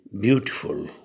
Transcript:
beautiful